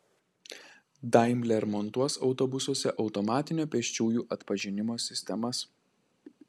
daimler montuos autobusuose automatinio pėsčiųjų atpažinimo sistemas